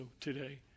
today